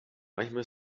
manchmal